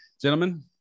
gentlemen